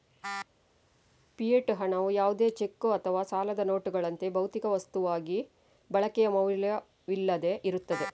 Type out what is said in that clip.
fiat ಹಣವು ಯಾವುದೇ cheque ಅಥವಾ ಸಾಲದ ನೋಟುಗಳಂತೆ, ಭೌತಿಕ ವಸ್ತುವಾಗಿ ಬಳಕೆಯ ಮೌಲ್ಯವಿಲ್ಲದೆ ಇರುತ್ತದೆ